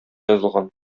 язылган